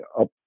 up